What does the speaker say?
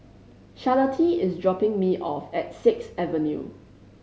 Charlottie is dropping me off at Sixth Avenue